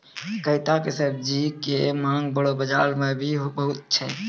कैता के सब्जी के मांग बड़ो बाजार मॅ भी बहुत छै